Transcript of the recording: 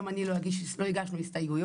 גם אנחנו לא הגשנו הסתייגויות.